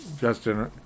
Justin